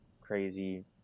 crazy